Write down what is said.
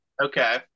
okay